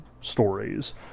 stories